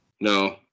no